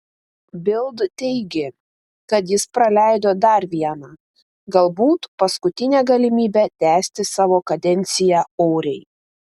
bild teigė kad jis praleido dar vieną galbūt paskutinę galimybę tęsti savo kadenciją oriai